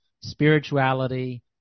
spirituality